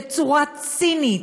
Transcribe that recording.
בצורה צינית,